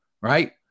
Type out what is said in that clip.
right